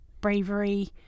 bravery